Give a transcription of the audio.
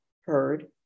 heard